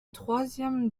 troisième